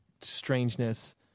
strangeness